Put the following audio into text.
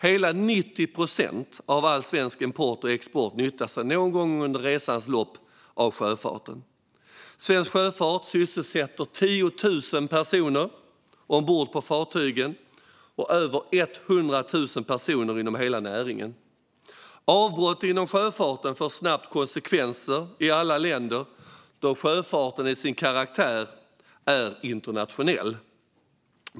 Hela 90 procent av all svensk import och export nyttjar sjöfarten någon gång under resans lopp. Svensk sjöfart sysselsätter 10 000 personer ombord på fartygen och över 100 000 personer inom hela näringen. Avbrott inom sjöfarten får snabbt konsekvenser i alla länder, då sjöfarten till sin karaktär är internationell.